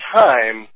time